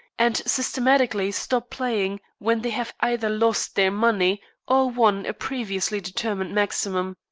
and systematically stop playing when they have either lost their money or won a previously determined maximum.